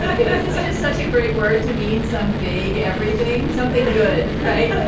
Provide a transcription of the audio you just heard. yeah because it's just such a great word to mean some vague everything. something good, right?